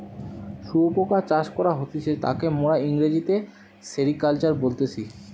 শুয়োপোকা চাষ করা হতিছে তাকে মোরা ইংরেজিতে সেরিকালচার বলতেছি